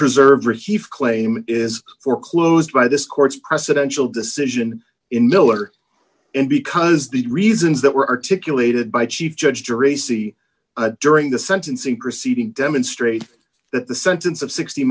preserve received claim is foreclosed by this court's presidential decision in miller and because the reasons that were articulated by chief judge jury c during the sentencing proceeding demonstrate that the sentence of sixty